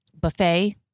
buffet